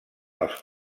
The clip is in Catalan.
els